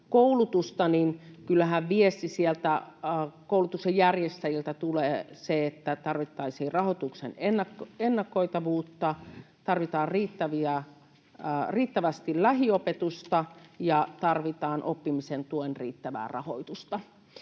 koulutusta, niin kyllähän sieltä koulutuksen järjestäjiltä tuleva viesti on se, että tarvittaisiin rahoituksen ennakoitavuutta, tarvitaan riittävästi lähiopetusta ja tarvitaan oppimisen tuen riittävää rahoitusta.